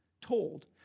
told